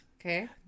Okay